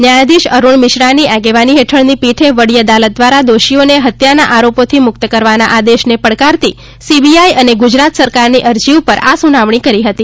ન્યાયાધીશ અરૂણ મિશ્રાની આગેવાની હેઠળની પીઠે વડી અદાલત દ્વારા દોષીઓને હત્યાના આરોપોથી મુક્ત કરવાના આદેશને પડકારતી સીબીઆઇ અને ગુજરાત સરકારની અરજી ઉપર આ સુનાવણી કરી હતી